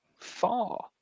Far